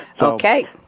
Okay